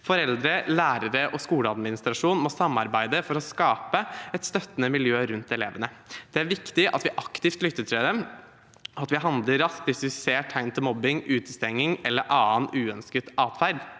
Foreldre, lærere og skoleadministrasjon må samarbeide for å skape et støttende miljø rundt elevene. Det er viktig at vi aktivt lytter til dem, at vi handler raskt hvis vi ser tegn til mobbing, utestenging eller annen uønsket atferd.